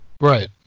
Right